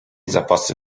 zapasy